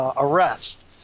arrest